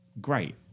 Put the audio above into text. great